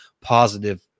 positive